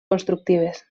constructives